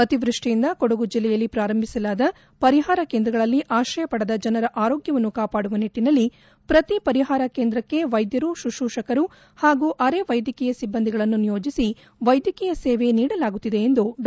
ಅತಿವೃಷ್ಠಿಯಿಂದಾಗಿ ಕೊಡಗು ಜಿಲ್ಲೆಯಲ್ಲಿ ಪ್ರಾರಂಭಿಸಲಾದ ಪರಿಹಾರ ಕೇಂದ್ರಗಳಲ್ಲಿ ಆಕ್ರಯ ಪಡೆದ ಜನರ ಆರೋಗ್ಯವನ್ನು ಕಾಪಾಡುವ ನಿಟ್ಟನಲ್ಲಿ ಪ್ರತಿ ಪರಿಹಾರ ಕೇಂದ್ರಕ್ಕೆ ವೈದ್ಯರು ಶುಶ್ರೂಪಕರು ಹಾಗೂ ಅರೆ ವೈದ್ಯಕೀಯ ಿಬ್ಬಂದಿಗಳನ್ನು ನಿಯೋಜಿಸಿ ವೈದ್ಯಕೀಯ ಸೇವೆ ನೀಡಲಾಗುತ್ತಿದೆ ಎಂದು ಡಾ